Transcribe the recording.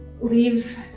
leave